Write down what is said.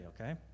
okay